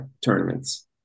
tournaments